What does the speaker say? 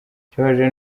ikibabaje